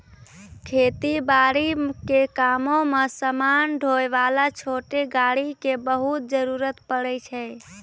खेती बारी के कामों मॅ समान ढोय वाला छोटो गाड़ी के बहुत जरूरत पड़ै छै